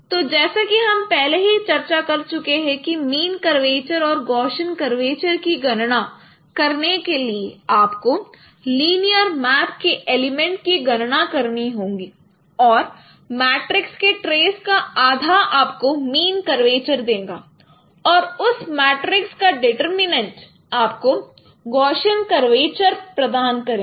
तो जैसा कि हम पहले ही चर्चा कर चुके हैं कि मीन कर्वेचर और गौशियन कर्वेचर की गणना करने के लिए आपको लिनियर मैप के एलिमेंट की गणना करनी होंगी और मैट्रिक्स के ट्रेस का आधा आपको मीन कर्वेचर देगा और उस मैट्रिक्स का डिटरमिनेंट आपको गौशियन कर्वेचर्स प्रधान करेगा